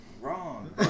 Wrong